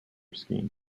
scheme